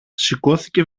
σηκώθηκε